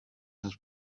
has